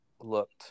looked